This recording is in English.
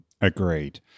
Agreed